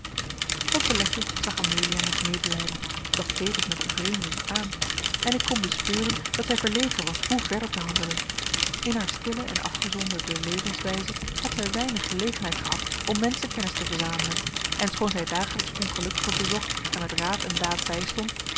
tante letje zag amelia met medelijden doch tevens met bevreemding aan en ik kon bespeuren dat zij verlegen was hoe verder te handelen in haar stille en afgezonderde levenswijze had zij weinig gelegenheid gehad om menschenkennis te verzamelen en schoon zij dagelijks ongelukkigen bezocht en met raad en daad bijstond